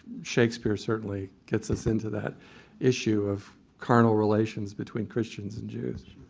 shakespeare certainly gets us into that issue of carnal relations between christians and jews.